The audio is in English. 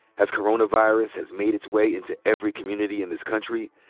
as coronavirus has made its way into every community in this country,